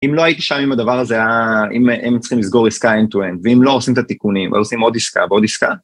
אם לא היית שם עם הדבר הזה, היינו צריכים לסגור עסקה אנד טו אנד. ואם לא, עושים את התיקונים. ואז עושים עוד עסקה ועוד עסקה